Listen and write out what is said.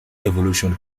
evolution